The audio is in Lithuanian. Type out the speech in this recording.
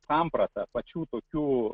samprata pačių tokių